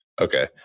Okay